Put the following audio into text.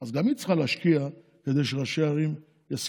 אז גם היא צריכה להשקיע כדי שראשי הערים יסכימו.